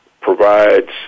provides